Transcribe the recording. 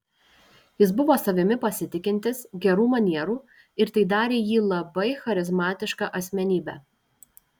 jis buvo savimi pasitikintis gerų manierų ir tai darė jį labai charizmatiška asmenybe